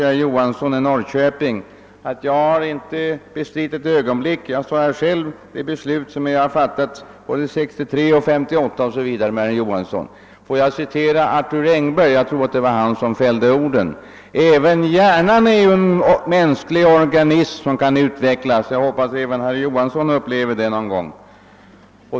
Jag har inte ett ögonblick bestritt att jag var med om att fatta besluten 1958 och 1963, men tillåt mig citera vad jag tror att Arthur Engberg en gång sade: »Även hjärnan är en mänsklig organism, som kan utvecklas.» Jag hoppas att också herr Johansson upplever detta någon gång.